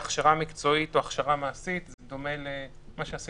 במקום המילה "סעיף" בסעיף (ב) תבוא המילה "חוק".